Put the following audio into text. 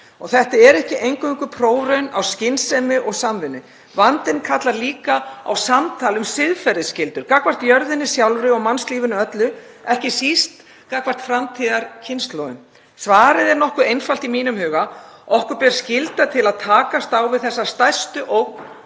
Þetta er ekki eingöngu prófraun á skynsemi og samvinnu. Vandinn kallar líka á samtal um siðferðisgildi gagnvart jörðinni sjálfri og mannslífunum öllum og ekki síst gagnvart framtíðarkynslóðum. Svarið er nokkuð einfalt í mínum huga: Okkur ber skylda til að takast á við þessa stærstu ógn